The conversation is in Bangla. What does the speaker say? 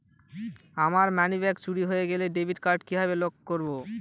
আমার মানিব্যাগ চুরি হয়ে গেলে ডেবিট কার্ড কিভাবে লক করব?